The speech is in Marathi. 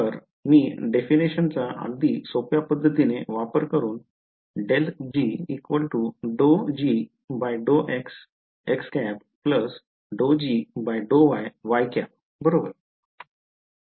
तर मी definition चा अगदी सोप्या पद्धतीने वापर करून बरोबर